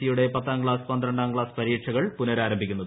E യുടെ ് പത്താംക്ലാസ് പന്ത്രണ്ടാം ക്ലാസ് പരീക്ഷകൾ പുനരാരംഭിക്കുന്നത്